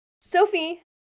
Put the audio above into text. Sophie